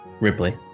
Ripley